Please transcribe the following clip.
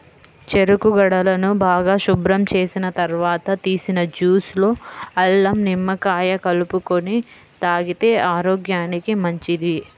చెరుకు గడలను బాగా శుభ్రం చేసిన తర్వాత తీసిన జ్యూస్ లో అల్లం, నిమ్మకాయ కలుపుకొని తాగితే ఆరోగ్యానికి మంచిది